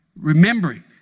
Remembering